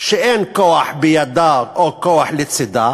שאין כוח בידה או כוח לצדה